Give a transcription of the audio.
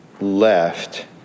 left